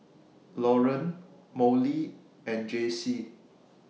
Loren Mollie and Jaycee